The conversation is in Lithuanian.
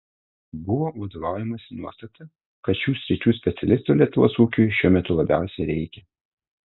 buvo vadovaujamasi nuostata kad šių sričių specialistų lietuvos ūkiui šiuo metu labiausiai reikia